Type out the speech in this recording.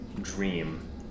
dream